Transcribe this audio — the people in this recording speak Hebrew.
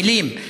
מילים,